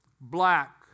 black